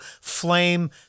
flame